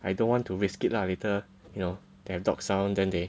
I don't want to risk it lah later you know they have dog sound than they